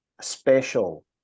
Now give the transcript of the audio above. special